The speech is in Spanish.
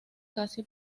casi